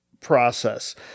process